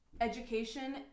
Education